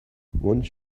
once